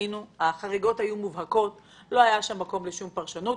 שראינו היו מובהקות, לא היה שם מקום לשום פרשנות.